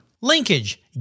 Linkage